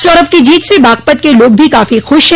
सौरभ की जीत से बागपत के लोग भी काफी खुश ह